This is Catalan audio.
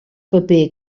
paper